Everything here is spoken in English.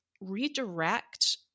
redirect